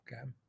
okay